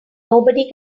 nobody